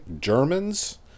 Germans